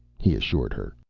he assured her.